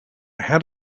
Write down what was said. had